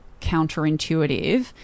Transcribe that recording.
counterintuitive